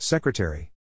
Secretary